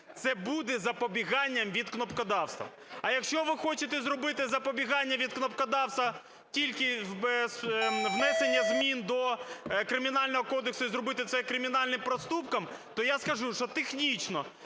Це буде запобіганням від кнопкодавства. А якщо ви хочете зробити запобігання від кнопкодавства тільки внесенням змін до Кримінального кодексу і зробити це кримінальним проступком, то я скажу, що технічно